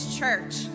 church